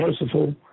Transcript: merciful